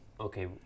okay